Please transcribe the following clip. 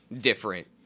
different